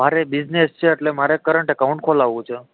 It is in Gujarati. મારે બિઝનેસ છે એટલે મારે કરંટ અકાઉન્ટ ખોલાવવું છે